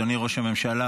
אדוני ראש הממשלה,